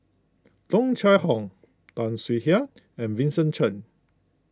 Tung Chye Hong Tan Swie Hian and Vincent Cheng